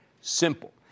Simple